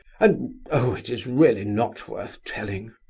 and oh, it is really not worth telling!